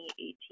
2018